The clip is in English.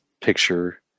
picture